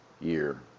year